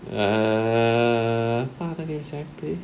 err what other games did I play